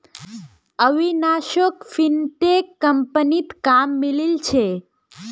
अविनाशोक फिनटेक कंपनीत काम मिलील छ